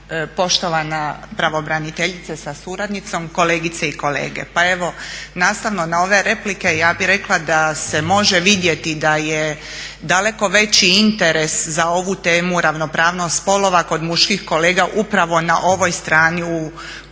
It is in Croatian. na ove replike ja bi rekla da se može vidjeti da je daleko veći interes za ovu temu ravnopravnost spolova kod muških kolega upravo na ovoj strani u klubu